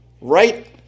Right